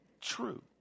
true